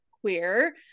queer